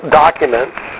documents